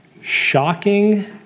shocking